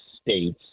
states